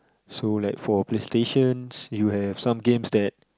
so like for PlayStation you have some games that